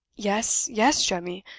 yes, yes, jemmy.